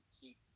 keep